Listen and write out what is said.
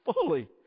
fully